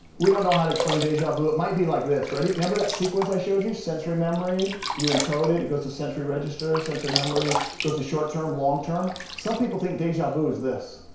we don't know how to explain deja vu. it might be like this, ready? remember that sequence i showed you? sensory memory, you encode it, it goes to sensory registers, sensory memory, goes to short-term, long-term? some people think deja vu is this.